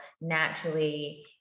naturally